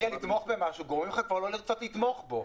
אתה בא לתמוך במשהו וגורמים לך לא לרצות לתמוך בו,